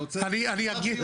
אני רוצה לדעת.